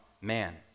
man